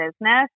business